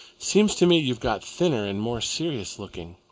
seems to me you've got thinner and more serious-looking.